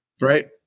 Right